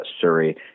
Surrey